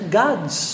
gods